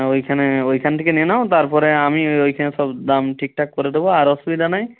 ওইখানে ওইখান থেকে নিয়ে নাও তারপরে আমি ওইখানে সব দাম ঠিকঠাক করে দেবো আর অসুবিধা নাই